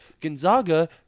Gonzaga